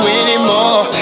anymore